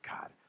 God